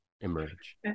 emerge